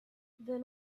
then